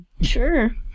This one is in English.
Sure